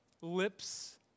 lips